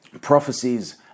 prophecies